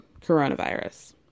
coronavirus